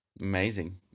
Amazing